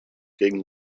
gegen